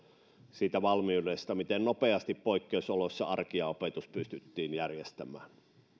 siitä valmiudesta miten nopeasti poikkeusoloissa arki ja opetus pystyttiin järjestämään